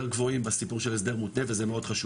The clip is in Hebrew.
גבוהים בסיפור של הסדר מותנה וזה מאוד חשוב,